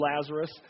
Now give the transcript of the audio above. Lazarus